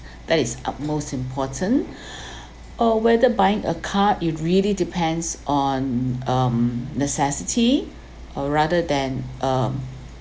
that is utmost important uh whether buying a car it really depends on um necessity or rather than um